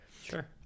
Sure